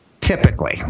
typically